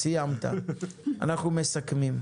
אנחנו מסכמים.